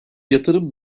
yatırım